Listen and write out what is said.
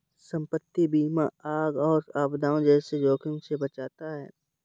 संपत्ति बीमा आग और आपदाओं जैसे जोखिमों से बचाता है